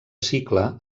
cicle